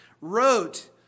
wrote